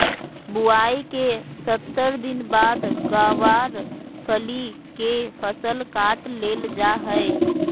बुआई के सत्तर दिन बाद गँवार फली के फसल काट लेल जा हय